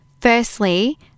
Firstly